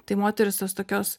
tai moterys jos tokios